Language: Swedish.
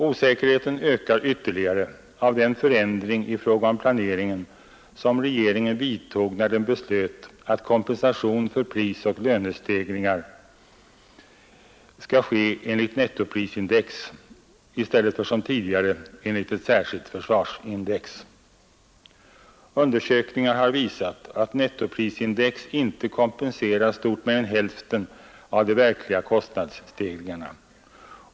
Osäkerheten ökas ytterligare av den förändring i fråga om planeringen som regeringen vidtog när den beslöt att kompensation för prisoch lönestegringar skall ske enligt nettoprisindex i stället för som tidigare enligt ett särskilt försvarsindex. Undersökningar har visat att nettoprisindex inte kompenserar stort mer än hälften av de verkliga kostnadsstegringarna.